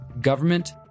government